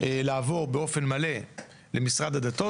לעבור באופן מלא למשרד הדתות.